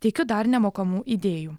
teikiu dar nemokamų idėjų